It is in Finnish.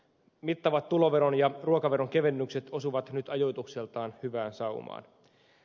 mittavat tuloveron ja ruokaveron kevennykset osuvat nyt ajoitukseltaan hyvään saumaan